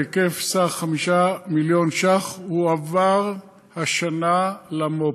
ההיקף, סך 5 מיליון שקל, הועבר השנה למו"פים.